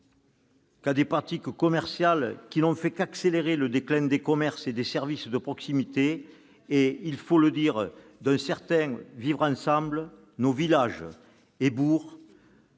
et à des pratiques commerciales qui n'ont fait qu'accélérer le déclin des commerces et des services de proximité et, il faut le dire, d'un certain « vivre ensemble » dans nos villages et nos bourgs,